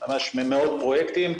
ממש מאות פרויקטים,